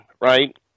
right